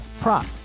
prop